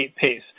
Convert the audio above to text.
pace